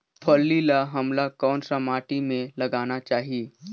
फल्ली ल हमला कौन सा माटी मे लगाना चाही?